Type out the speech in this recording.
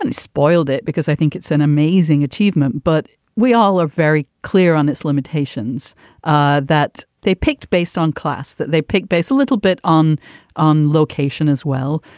spoiled it because i think it's an amazing achievement. but we all are very clear on its limitations ah that they picked based on class that they pick based a little bit on on location as well.